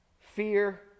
fear